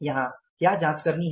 यहां क्या जाँच करनी है